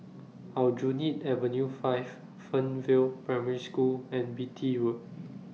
Aljunied Avenue five Fernvale Primary School and Beatty Road